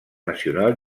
nacional